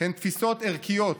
הם תפיסות ערכיות